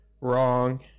wrong